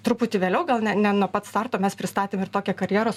truputį vėliau gal ne ne nuo pat starto mes pristatėm ir tokią karjeros